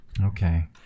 okay